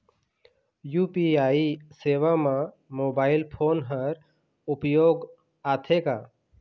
UPI सेवा म mobile phone हर उपयोग आथे का?